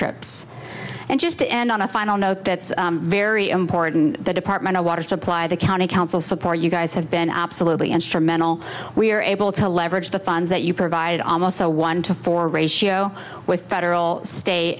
trips and just to end on a final note that's very important the department of water supply the county council support you guys have been absolutely instrumental we are able to leverage the funds that you provide almost a one to four ratio with federal state